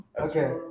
Okay